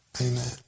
amen